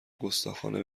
گستاخانه